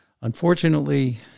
Unfortunately